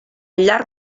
llarg